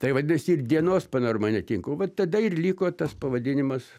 tai vadinasi ir dienos panorama netinka o va tada ir liko tas pavadinimas